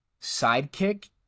sidekick